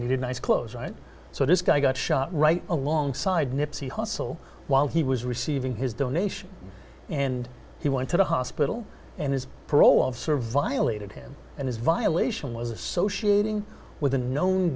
did nice clothes right so this guy got shot right alongside nipsey hussle while he was receiving his donation and he went to the hospital and his parole officer violated him and his violation was associated with a known